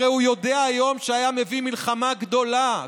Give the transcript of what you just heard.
הרי הוא יודע היום שהיה מביא מלחמה גדולה,